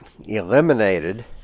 eliminated